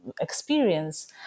experience